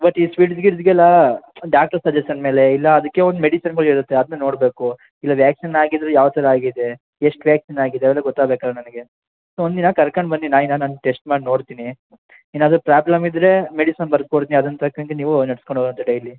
ಇವತ್ತು ಈ ಫಿಡ್ಸ್ ಗಿಡ್ಸ್ಗೆಲ್ಲ ಡಾಕ್ಟ್ರ್ ಸಜೆಶನ್ ಮೇಲೆ ಇಲ್ಲ ಅದಕ್ಕೆ ಒಂದು ಮೆಡಿಸನ್ಗಳು ಇರುತ್ತೆ ಅದ್ನ ನೋಡಬೇಕು ಇಲ್ಲ ವ್ಯಾಕ್ಸಿನ್ ಆಗಿದ್ದರೆ ಯಾವ ಥರ ಆಗಿದೆ ಎಷ್ಟು ವ್ಯಾಕ್ಸಿನ್ ಆಗಿದೆ ಅವೆಲ್ಲ ಗೊತ್ತಾಗ್ಬೇಕಲ್ಲ ನನಗೆ ಸೊ ಒಂದಿನ ಕರ್ಕಂಡು ಬನ್ನಿ ನಾಯಿನ ನಾನು ಟೆಸ್ಟ್ ಮಾಡಿ ನೋಡ್ತೀನಿ ಏನಾದರು ಪ್ರಾಬ್ಲಮ್ ಇದ್ದರೆ ಮೆಡಿಸನ್ ಬರ್ದು ಕೊಡ್ತೀನಿ ಅದ್ನ ತಕ್ಕಂತೆ ನೀವು ನಡ್ಸ್ಕೊಂಡು ಹೋಗುವಂತೆ ಡೈಲಿ